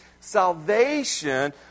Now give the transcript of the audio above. Salvation